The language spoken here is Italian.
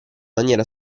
maniera